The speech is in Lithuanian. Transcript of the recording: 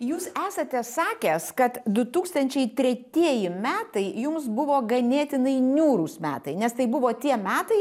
jūs esate sakęs kad du tūkstančiai tretieji metai jums buvo ganėtinai niūrūs metai nes tai buvo tie metai